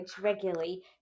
regularly